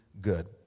good